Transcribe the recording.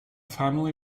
family